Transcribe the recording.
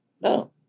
No